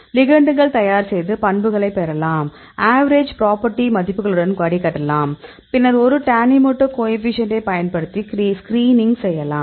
லிகெண்டுகள் தயார் செய்து பண்புகளைப் பெறலாம் ஆவரேஜ் ப்ராப்பர்ட்டி மதிப்புகளுடன் வடிகட்டலாம் பின்னர் ஒரு டானிமோடோ கோஎஃபீஷியேன்ட்டை பயன்படுத்தி ஸ்கிரீனிங் செய்யலாம்